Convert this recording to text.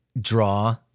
draw